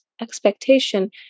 expectation